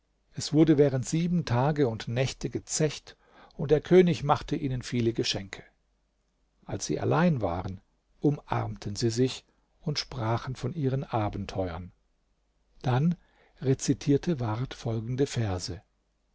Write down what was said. es wurde während sieben tage und nächte gezecht und der könig machte ihnen viele geschenke als sie allein waren umarmten sie sich und sprachen von ihren abenteuern dann rezitierte ward folgende verse